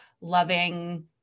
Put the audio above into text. loving